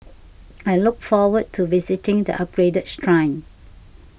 I look forward to visiting the upgraded shrine